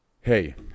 hey